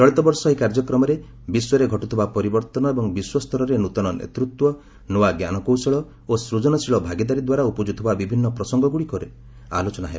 ଚଳିତବର୍ଷ ଏହି କାର୍ଯ୍ୟକ୍ରମରେ ବିଶ୍ୱରେ ଘଟୁଥିବା ପରିବର୍ତ୍ତନ ଏବଂ ବିଶ୍ୱସ୍ତରରେ ନୂତନ ନେତୃତ୍ୱ ନୂଆ ଜ୍ଞାନକୌଶଳ ଓ ସୃଜନଶୀଳ ଭାଗିଦାରୀ ଦ୍ୱାରା ଉପୁଜୁଥିବା ବିଭିନ୍ନ ପ୍ରସଙ୍ଗଗୁଡ଼ିକ ଉପରେ ଆଲୋଚନା ହେବ